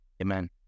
Amen